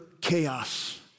chaos